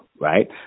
right